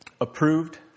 Approved